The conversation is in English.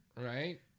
Right